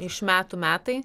iš metų metai